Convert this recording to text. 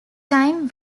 time